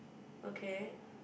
okay